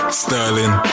sterling